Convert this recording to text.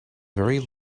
very